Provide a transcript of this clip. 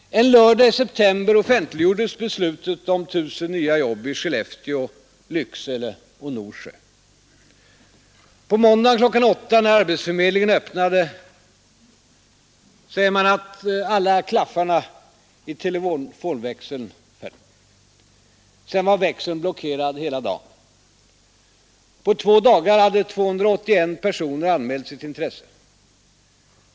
En lördag i september offentliggjordes beslutet om tusen nya jobb i Skellefteå, Lycksele och Norsjö. På måndagen kl. 8, när arbetsförmedlingen öppnade, säger man att alla klaffarna i telefonväxeln föll. Sedan var växeln blockerad hela dagen. På två dagar hade 281 personer anmält sitt intresse.